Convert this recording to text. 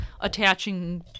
attaching